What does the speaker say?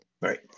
Right